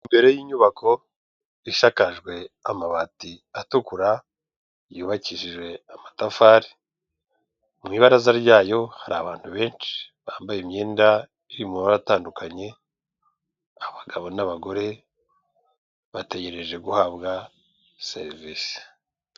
Imbere y'inyubako ishakajwe amabati atukura yubakishije amatafari, mu ibaraza ryayo hari abantu benshi bambaye imyenda iri mu mabara atandukanye, abagabo n'abagore bategereje guhabwa serivisi.